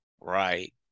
Right